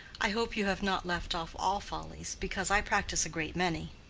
i hope you have not left off all follies, because i practice a great many.